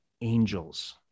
angels